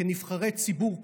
כנבחרי ציבור,